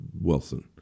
Wilson